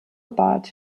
bad